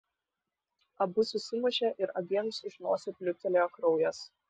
abu susimušė ir abiems iš nosių pliūptelėjo kraujas